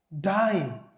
dying